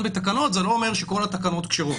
בתקנות זה לא אומר שכל התקנות כשרות.